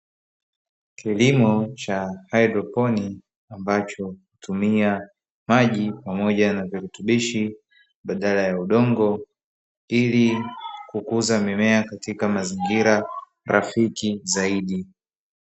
Kilimo cha haidroponi, ambacho hutumia maji pamoja na virutubishi badala ya udongo, ili kukuza mimea katika mazingira rafiki zaidi.